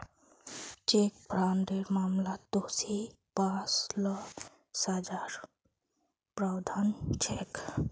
cheque फ्रॉडेर मामलात दोषी पा ल सजार प्रावधान छेक